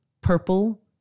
purple